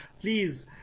please